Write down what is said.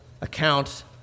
account